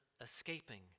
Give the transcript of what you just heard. escaping